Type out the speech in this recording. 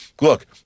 Look